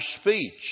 speech